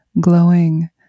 glowing